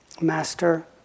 master